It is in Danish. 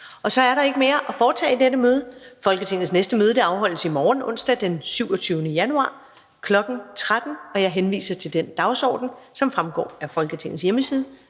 Så er der ikke mere at foretage i dette møde. Folketingets næste møde afholdes i morgen, onsdag den 27. januar 2021, kl. 13.00. Jeg henviser til den dagsorden, som fremgår af Folketingets hjemmeside.